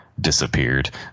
disappeared